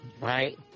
Right